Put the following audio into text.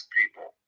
people